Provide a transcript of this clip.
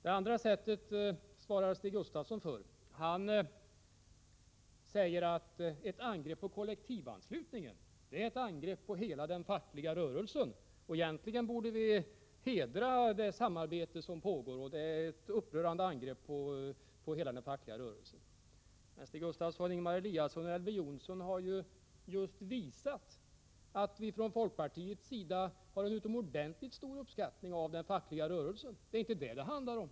Det andra sättet svarar Stig Gustafsson för. Han säger att ett angrepp på kollektivanslutningen är ett angrepp på hela den fackliga rörelsen. Stig Gustafsson menar att vi egentligen borde hedra det samarbete som pågår och att vi gör oss skyldiga till ett upprörande angrepp på hela den fackliga rörelsen. Men Ingemar Eliasson och Elver Jonsson har ju, Stig Gustafsson, just visat att vi från folkpartiets sida har en utomordentligt stor uppskattning av den fackliga rörelsen. Det är inte det som det handlar om.